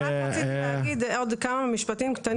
אני רק רציתי להגיד עוד כמה משפטים קטנים.